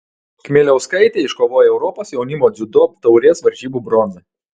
kmieliauskaitė iškovojo europos jaunimo dziudo taurės varžybų bronzą